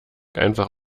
einfach